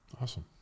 Awesome